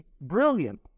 brilliant